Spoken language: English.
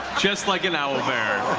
just like an owlbear.